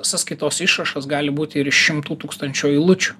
sąskaitos išrašas gali būti ir šimtų tūkstančių eilučių